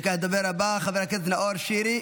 הדובר הבא, חבר כנסת נאור שירי.